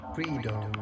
Freedom